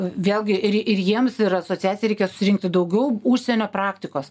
vėlgi ir ir jiems ir asociacijai reikia surinkti daugiau užsienio praktikos